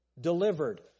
Delivered